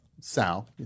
Sal